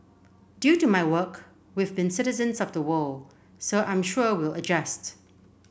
due to my work we've been citizens of the world so I'm sure we'll adjust